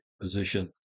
position